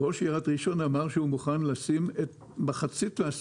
ראש עיריית ראשון לציון אמר שהוא מוכן לשים את מחצית מן